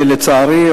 לצערי,